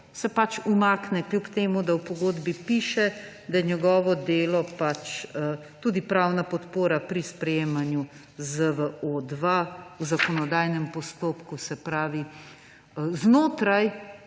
se umakne, kljub temu da v pogodbi piše, da je njegovo delo tudi pravna podpora pri sprejemanju ZVO-2 v zakonodajnem postopku, se pravi znotraj